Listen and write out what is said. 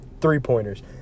three-pointers